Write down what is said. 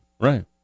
Right